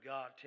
God